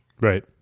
Right